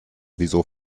wieso